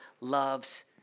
loves